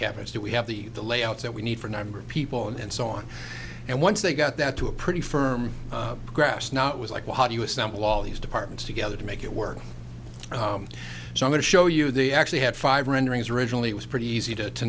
cabinets that we have the the layout that we need for number of people and so on and once they got that to a pretty firm grass now it was like well how do you assemble all these departments together to make it work so i'm going to show you they actually had five renderings originally it was pretty easy to to